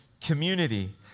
community